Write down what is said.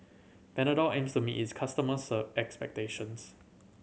Panadol aims to meet its customers' expectations